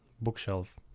bookshelf